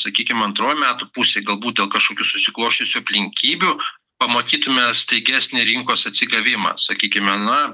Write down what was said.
sakykim antroj metų pusėj galbūt dėl kažkokių susiklosčiusių aplinkybių pamatytume staigesnį rinkos atsigavimą sakykime na